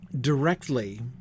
directly